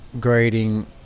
Grading